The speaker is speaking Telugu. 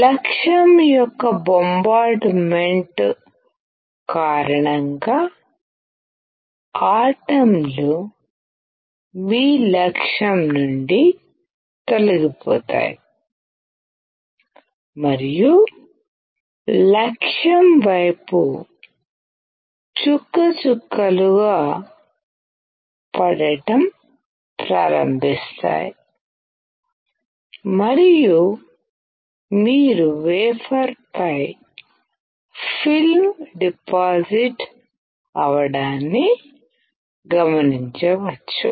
లక్ష్యం యొక్క బొంబార్డుమెంట్ కారణంగా ఆటం లు మీ లక్ష్యం నుండి తొలగిపోతాయి మరియు లక్ష్యం వైపు చుక్క చుక్కలు గా పడటం ప్రారంభిస్తాయి మరియు మీరు వేఫర్ పై ఫిల్మ్ డిపాజిట్ అవడాన్ని గమనించవచ్చు